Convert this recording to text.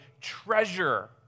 treasure